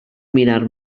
mirar